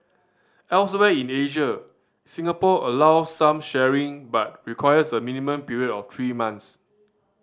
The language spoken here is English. elsewhere in Asia Singapore allows some sharing but requires a minimum period of three months